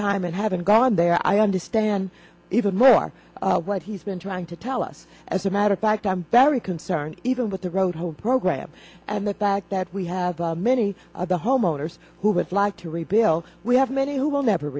time and haven't gone there i understand even more what he's been trying to tell us as a matter of fact i'm very concerned even with the road home program and the fact that we have many of the homeowners who would like to rebuild we have many who will never